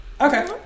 Okay